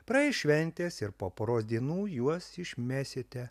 praeis šventės ir po poros dienų juos išmesite